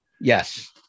Yes